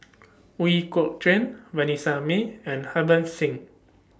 Ooi Kok Chuen Vanessa Mae and Harbans Singh